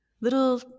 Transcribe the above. little